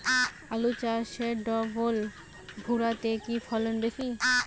আলু চাষে ডবল ভুরা তে কি ফলন বেশি?